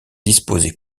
disposés